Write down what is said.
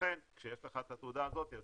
לכן כשיש לך את התעודה הזאת,